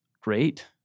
great